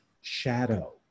shadow